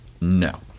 No